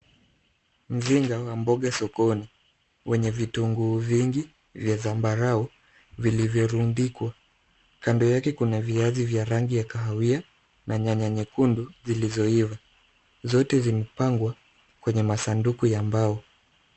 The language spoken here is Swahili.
Mzinga wa mboga sokoni wenye vitunguu vingi vya zambarau vilivyorundikwa. Kando yake kuna viazi vya yangi ya kahawia na nyanya nyekundu zilizoiva. Zote zimepangwa kwenye masanduku ya mbao.